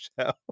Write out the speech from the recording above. show